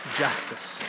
justice